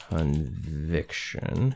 Conviction